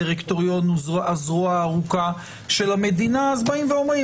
הדירקטוריון הוא הזרוע הארוכה של המדינה ובאים ואומרים